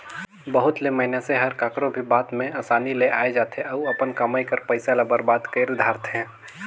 बहुत ले मइनसे हर काकरो भी बात में असानी ले आए जाथे अउ अपन कमई कर पइसा ल बरबाद कइर धारथे